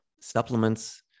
supplements